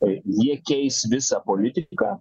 tai jie keis visą politiką